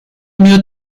mir